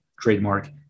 trademark